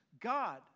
God